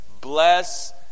bless